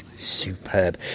superb